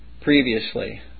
previously